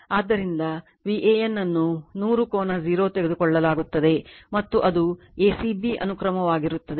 ಆದ್ದರಿಂದ VAN ಅನ್ನು ನೂರು ಕೋನ 0 ತೆಗೆದುಕೊಳ್ಳಲಾಗುತ್ತದೆ ಮತ್ತು ಅದು a c b ಅನುಕ್ರಮವಾಗಿರುತ್ತದೆ